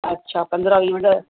अच्छा पंद्रहं वीह मिन्ट